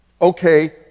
okay